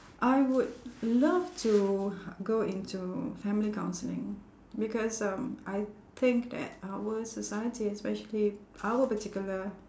I would love to go into family counselling because um I think that our society especially our particular